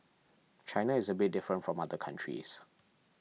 China is a bit different from other countries